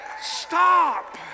stop